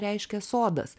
reiškia sodas